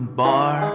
bar